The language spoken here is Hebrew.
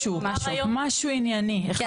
משהו, משהו ענייני אחד.